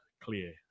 clear